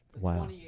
Wow